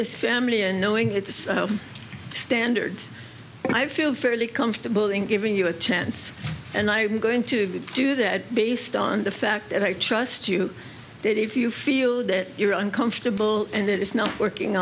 this family and knowing its standards i feel fairly comfortable in giving you a chance and i am going to do that based on the fact that i trust you that if you feel that you're uncomfortable and it's not working